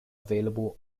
available